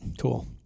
Cool